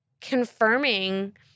confirming